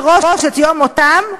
לדעת מראש את יום מותם,